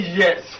yes